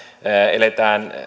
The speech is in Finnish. eletään